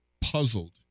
puzzled